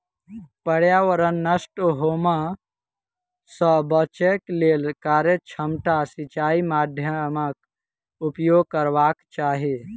पर्यावरण नष्ट होमअ सॅ बचैक लेल कार्यक्षमता सिचाई माध्यमक उपयोग करबाक चाही